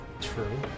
True